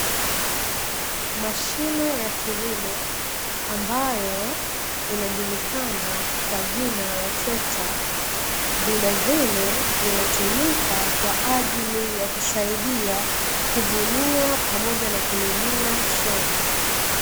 Mashine ya kilimo ambayo inajulikana kwa jina ya trekta, vilevile inatumika kwa ajili ya kusaidia kuvunia pamoja na kulimia shamba.